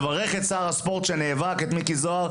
ומברך את שר הספורט מיקי זוהר שנאבק,